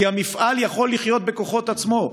כי המפעל יכול לחיות בכוחות עצמו,